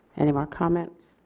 any more comments?